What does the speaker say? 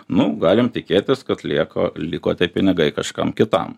nu galim tikėtis kad lieka liko tie pinigai kažkam kitam